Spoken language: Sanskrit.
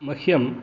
मह्यं